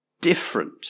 different